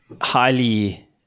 highly